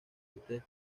ustedes